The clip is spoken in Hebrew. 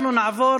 אנחנו נעבור